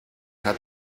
hat